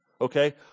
Okay